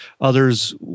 Others